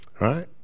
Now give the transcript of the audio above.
Right